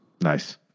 Nice